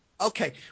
Okay